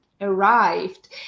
arrived